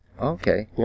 okay